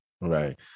right